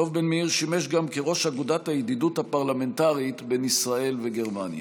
דב בן-מאיר שימש גם ראש אגודת הידידות הפרלמנטרית בין ישראל וגרמניה.